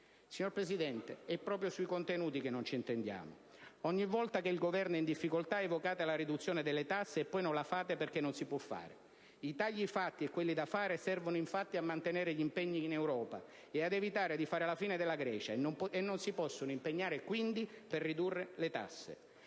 Signor Presidente, è proprio sui contenuti che non ci intendiamo: ogni volta che il Governo è in difficoltà evocate la riduzione delle tasse, e poi non la fate, perché non si può fare. I tagli fatti e quelli da fare servono infatti a mantenere gli impegni in Europa e ad evitare di fare la fine della Grecia e non si possono impegnare, quindi, per ridurre le tasse,